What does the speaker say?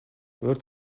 өрт